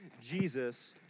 Jesus